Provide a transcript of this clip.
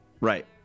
Right